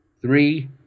Three